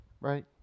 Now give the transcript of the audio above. right